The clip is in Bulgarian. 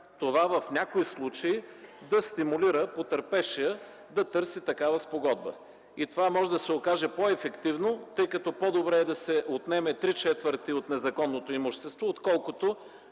това в някои случаи да стимулира потърпевшия да търси такава спогодба. Това може да се окаже по-ефективно, тъй като по-добре е да се отнеме три четвърти от незаконното имущество, отколкото